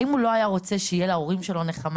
האם הוא לא היה רוצה שיהיה להורים שלו נחמה,